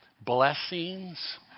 blessings